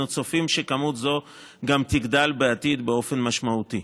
אנו צופים שכמות זו עוד תגדל בעתיד באופן משמעותי.